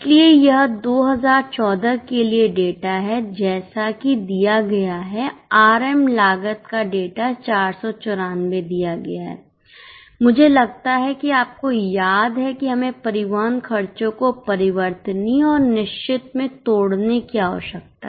इसलिए यह 2014 के लिए डेटा हैजैसा कि दिया गया है आरएम लागत का डेटा 494 दिया गया है मुझे लगता है कि आपको याद है कि हमें परिवहन खर्चों को परिवर्तनीय और निश्चित में तोड़ने की आवश्यकता है